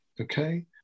okay